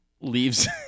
leaves